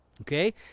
Okay